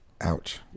Ouch